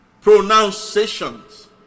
pronunciations